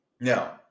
Now